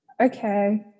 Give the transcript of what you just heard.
okay